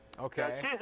Okay